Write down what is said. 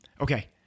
okay